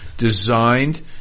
Designed